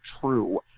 true